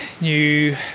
new